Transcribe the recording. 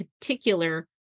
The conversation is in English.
particular